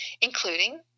Including